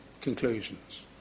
conclusions